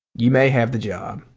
you may have the job.